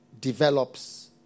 develops